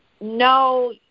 no